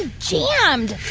ah jammed.